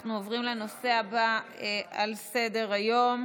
אנחנו עוברים לנושא הבא על סדר-היום,